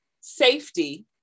safety